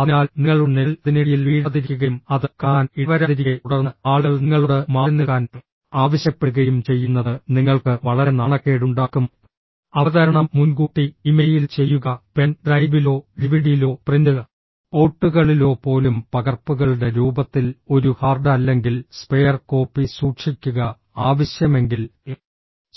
അതിനാൽ നിങ്ങളുടെ നിഴൽ അതിനിടയിൽ വീഴാതിരിക്കുകയും അത് കാണാൻ ഇടവരാതിരിക്കെ തുടർന്ന് ആളുകൾ നിങ്ങളോട് മാറിനിൽക്കാൻ ആവശ്യപ്പെടുകയും ചെയ്യുന്നത് നിങ്ങൾക്ക് വളരെ നാണക്കേടുണ്ടാക്കും അവതരണം മുൻകൂട്ടി ഇമെയിൽ ചെയ്യുക പെൻ ഡ്രൈവിലോ ഡിവിഡിയിലോ പ്രിന്റ് ഔട്ടുകളിലോ പോലും പകർപ്പുകളുടെ രൂപത്തിൽ ഒരു ഹാർഡ് അല്ലെങ്കിൽ സ്പെയർ കോപ്പി സൂക്ഷിക്കുക ആവശ്യമെങ്കിൽ